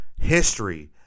history